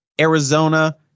Arizona